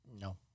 No